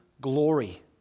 glory